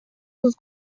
sus